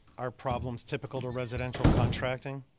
are problems typical to residential contracting